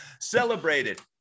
celebrated